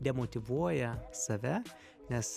demotyvuoja save nes